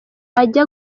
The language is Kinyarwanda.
ajya